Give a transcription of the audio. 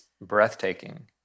breathtaking